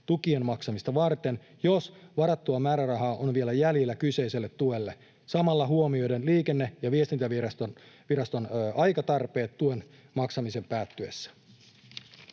tukien maksamista varten, jos varattua määrärahaa on vielä jäljellä kyseiselle tuelle, samalla huomioiden Liikenne- ja viestintäviraston aikatarpeet tuen maksamisen päättyessä.”